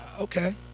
Okay